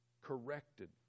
corrected